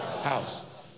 house